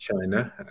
China